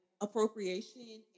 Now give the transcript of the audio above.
appropriation